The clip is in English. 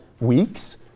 weeks